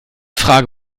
frage